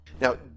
Now